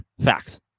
facts